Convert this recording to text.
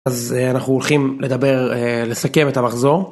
אז אנחנו הולכים לדבר לסכם את המחזור.